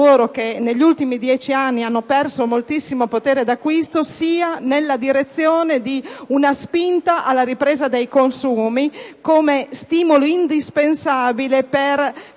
che negli ultimi dieci anni hanno perso moltissimo potere di acquisto, sia nella direzione di una spinta alla ripresa dei consumi come stimolo indispensabile per